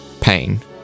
Pain